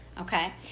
Okay